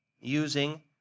using